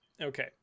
Okay